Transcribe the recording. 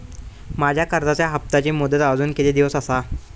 माझ्या कर्जाचा हप्ताची मुदत अजून किती दिवस असा?